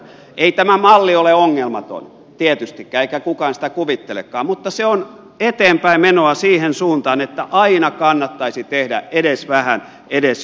ei tämä malli ole ongelmaton tietystikään eikä kukaan sitä kuvittelekaan mutta se on eteenpäin menoa siihen suuntaan että aina kannattaisi tehdä edes vähän edes jotain